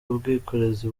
ubwikorezi